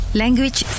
language